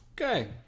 okay